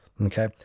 Okay